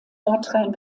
nordrhein